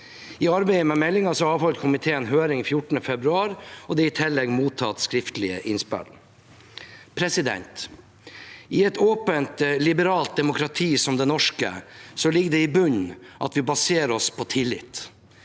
I arbeidet med meldingen avholdt komiteen høring 14. februar, og det er i tillegg mottatt skriftlige innspill. I et åpent, liberalt demokrati som det norske ligger det i bunnen at vi baserer oss på tillit